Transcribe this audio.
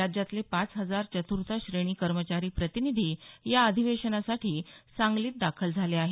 राज्यातले पाच हजार चतुर्थ श्रेणी कर्मचारी प्रतिनिधी या अधिवेशनासाठी सांगलीत दाखल झाले आहेत